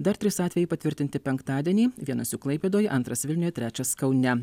dar trys atvejai patvirtinti penktadienį vienas jų klaipėdoj antras vilniuje trečias kaune